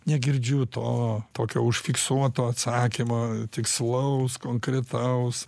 negirdžiu to tokio užfiksuoto atsakymo tikslaus konkretaus